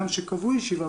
גם כשקבעו ישיבה,